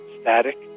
static